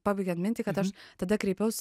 pabaigiant mintį kad aš tada kreipiaus